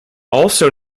also